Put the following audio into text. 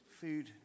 food